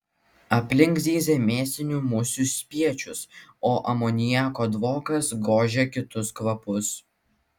aplink zyzė mėsinių musių spiečius o amoniako dvokas gožė kitus kvapus